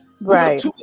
Right